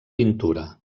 pintura